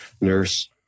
nurse